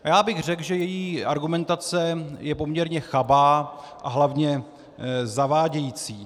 Já bych řekl, že její argumentace je poměrně chabá a hlavně zavádějící.